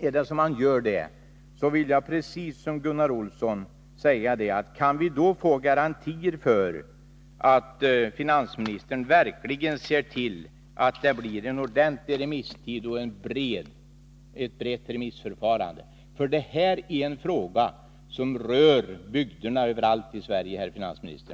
Skulle man ändå göra det vill jag, precis som Gunnar Olsson, säga: Kan vi då få garantier för att finansministern verkligen ser till att det blir en ordentligt tilltagen remisstid och ett brett remissförfarande? Det här är en fråga som rör bygderna överallt i Sverige, herr finansminister.